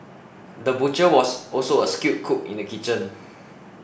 the butcher was also a skilled cook in the kitchen